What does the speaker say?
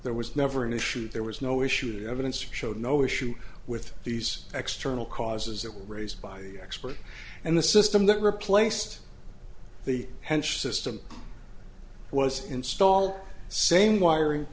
there was never an issue there was no issues evidence showed no issue with these external causes that were raised by the expert and the system that replaced the hench system was installed same wiring